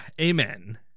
Amen